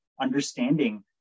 understanding